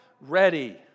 ready